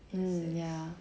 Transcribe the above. mm ya